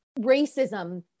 racism